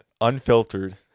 Unfiltered